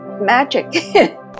magic